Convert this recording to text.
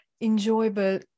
enjoyable